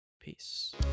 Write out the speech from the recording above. Peace